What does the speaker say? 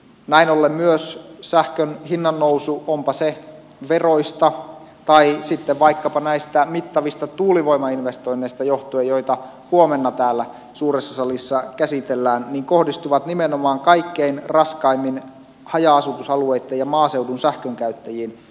näin ollen myös sähkön hinnannousu onpa se veroista tai sitten vaikkapa näistä mittavista tuulivoimainvestoinneista johtuvaa joita huomenna täällä suuressa salissa käsitellään kohdistuu nimenomaan kaikkein raskaimmin haja asutusalueitten ja maaseudun sähkönkäyttäjiin